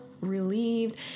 relieved